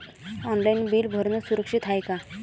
Online bill भरनं सुरक्षित हाय का?